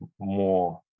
more